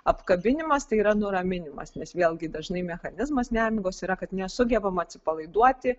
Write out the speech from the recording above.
apkabinimas tai yra nuraminimas nes vėlgi dažnai mechanizmas nemigos yra kad nesugebama atsipalaiduoti